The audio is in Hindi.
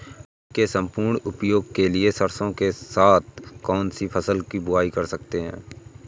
भूमि के सम्पूर्ण उपयोग के लिए सरसो के साथ कौन सी फसल की बुआई कर सकते हैं?